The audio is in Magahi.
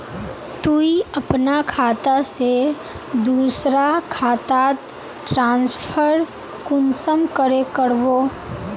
तुई अपना खाता से दूसरा खातात ट्रांसफर कुंसम करे करबो?